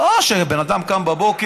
ולא שבן אדם קם בבוקר